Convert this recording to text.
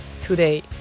today